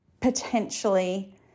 potentially